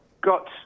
got